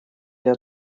для